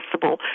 possible